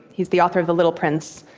he's the author of the little prince.